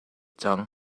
cang